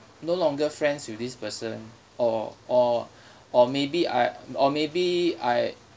no longer friends with this person or or or maybe I or maybe I